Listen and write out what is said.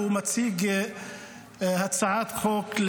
הוא מציג הצעת חוק,